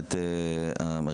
ברקוביץ, בקשה.